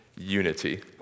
Unity